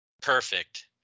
perfect